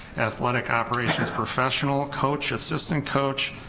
athletic operations professional, coach, assistant coach,